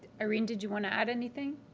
irene, did you want to add anything?